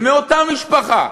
זה מאותה משפחה.